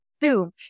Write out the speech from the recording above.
Boom